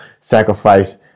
sacrifice